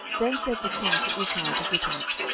then said the king to ittai the gittite,